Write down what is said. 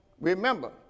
remember